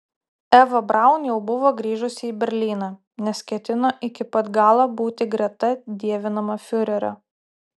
eva braun jau buvo grįžusi į berlyną nes ketino iki pat galo būti greta dievinamo fiurerio